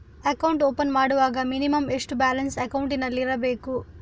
Account open ಮಾಡುವಾಗ minimum ಎಷ್ಟು balance ಅಕೌಂಟಿನಲ್ಲಿ ಇರಬೇಕು?